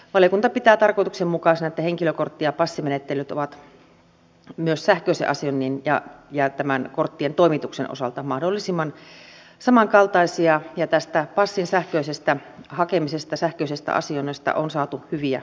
valiokunta pitää tarkoituksenmukaisena että henkilökortti ja passimenettelyt ovat myös sähköisen asioinnin ja tämän korttien toimituksen osalta mahdollisimman samankaltaisia ja tästä passin sähköisestä hakemisesta sähköisestä asioinnista on saatu hyviä kokemuksia